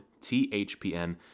THPN